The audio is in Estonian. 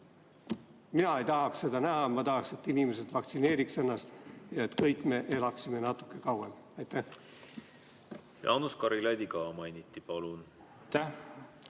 Mina ei tahaks seda näha. Ma tahaksin, et inimesed vaktsineeriks ennast ja et kõik me elaksime natuke kauem. Jaanus Karilaidi ka mainiti. Palun!